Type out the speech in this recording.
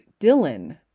Dylan